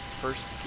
first